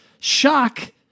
shock